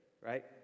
right